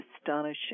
astonishing